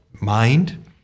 mind